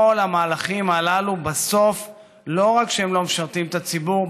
כל המהלכים הללו בסוף לא רק שהם לא משרתים את הציבור,